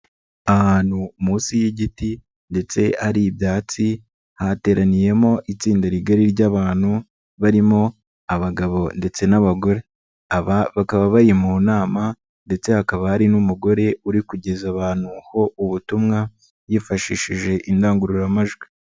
Ahantu munsi y'igiti ndetse hari ibyatsi, hateraniyemo itsinda rigari ry'abantu barimo abagabo ndetse n'abagore, bakaba bari mu nama ndetse hakaba hari n'umugore uri kugeza ahantu ho ubutumwa, yifashishije indangururamajwi.